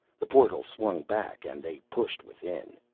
the portal swung back and they pushed within.